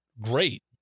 great